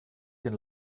den